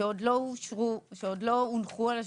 שעוד לא אושרו ועוד לא הונחו על השולחן,